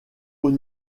haut